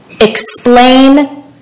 explain